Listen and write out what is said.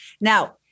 Now